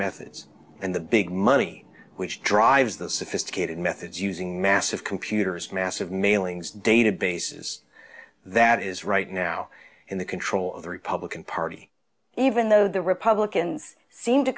methods and the big money which drives the sophisticated methods using massive computers massive mailings databases that is right now in the control of the republican party even though the republicans seem to